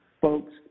Folks